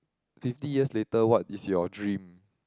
fifty years later what is your dream